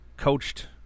Coached